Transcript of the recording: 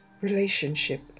relationship